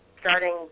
starting